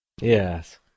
Yes